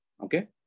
Okay